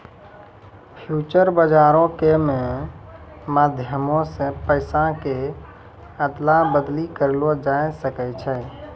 future बजारो के मे माध्यमो से पैसा के अदला बदली करलो जाय सकै छै